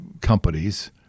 companies